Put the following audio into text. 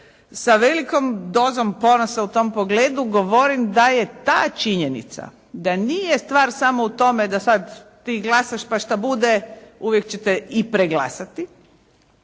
sa velikom dozom ponosa u tom pogledu govorim da je ta činjenica da nije stvar samo u to da sad ti glasaš pa šta bude uvijek će te i preglasati,